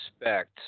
expect